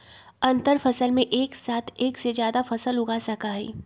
अंतरफसल में एक साथ एक से जादा फसल उगा सका हई